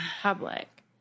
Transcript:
public